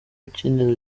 ukinira